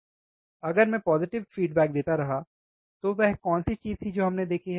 अब अगर मैं पोज़िटिव फ़ीडबैक देता रहा तो वह कौन सी चीज थी जो हमने देखी है